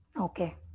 Okay